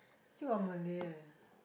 still got malay eh